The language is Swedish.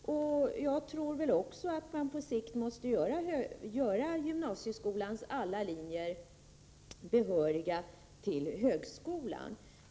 Jag tror också att man på sikt måste göra om systemet, så att gymnasieskolans alla linjer ger behörighet till högskola.